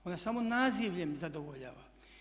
Ona samo nazivljem zadovoljava.